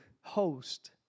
host